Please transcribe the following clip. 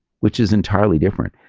which is entirely different.